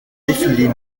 défilés